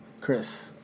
Chris